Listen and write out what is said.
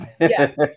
Yes